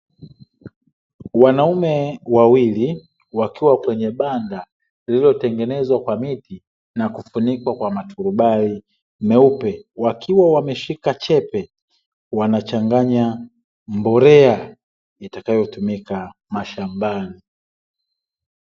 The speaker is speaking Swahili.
Wanaume wawili wakiwa kwenye banda lililotengenezwa kwa miti na kufunikwa kwa maturubai meupe, wakiwa wameshika chepe wanachanganya mbolea itakayo tumika mashambani.